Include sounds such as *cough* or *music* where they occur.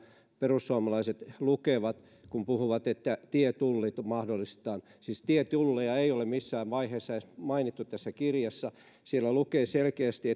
perussuomalaiset lukevat kun puhuvat että tietullit mahdollistetaan siis tietulleja ei ole missään vaiheessa edes mainittu tässä kirjassa siellä lukee selkeästi *unintelligible*